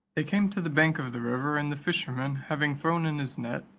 they came to the bank of the river, and the fisherman, having thrown in his net,